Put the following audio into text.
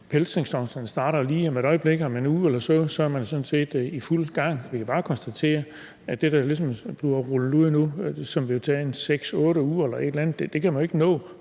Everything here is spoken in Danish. pelsningssæsonen jo starter lige om et øjeblik – om en uge eller så er man sådan set i fuld gang. Vi kan bare konstatere, at det, der ligesom bliver rullet ud nu, og som vil tage en 6-8 uger, kan man jo ikke nå,